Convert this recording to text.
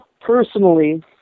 personally